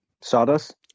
Sawdust